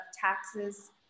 taxes